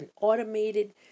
automated